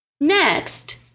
Next